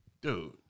dude